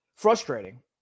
Frustrating